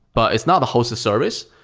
but it's not the hosted service,